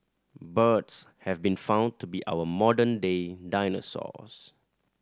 birds have been found to be our modern day dinosaurs